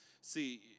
See